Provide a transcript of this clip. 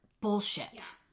Bullshit